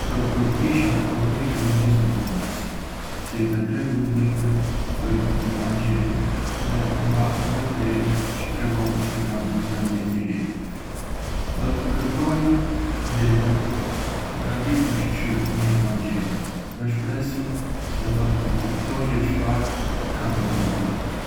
Do të përpiqesha me komuniku me gjeste komplekse, si me tregu një libër për magjinë o me ba një veprim çë tregon se kam një mendje njëríe. Do të kërkoja ndihmë nga dikush çë njeh magjinë, me shpresën se do të kuptojë çfarë ka ndodhur.